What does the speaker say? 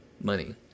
money